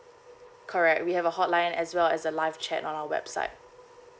correct we have a hotline as well as the live chat on our website